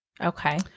Okay